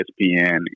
ESPN